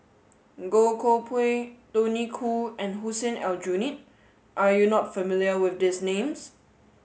Goh Koh Pui Tony Khoo and Hussein Aljunied are you not familiar with these names